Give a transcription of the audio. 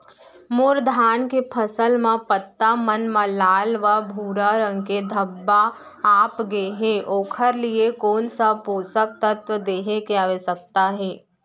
मोर धान के फसल म पत्ता मन म लाल व भूरा रंग के धब्बा आप गए हे ओखर लिए कोन स पोसक तत्व देहे के आवश्यकता हे?